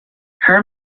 her